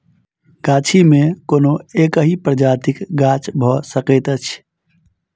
गाछी मे कोनो एकहि प्रजातिक गाछ भ सकैत अछि